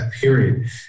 period